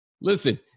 Listen